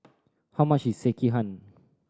how much is Sekihan